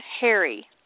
Harry